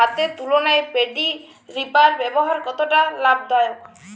হাতের তুলনায় paddy reaper ব্যবহার কতটা লাভদায়ক?